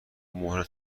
مهر